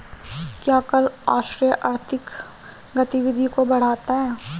क्या कर आश्रय आर्थिक गतिविधियों को बढ़ाता है?